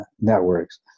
networks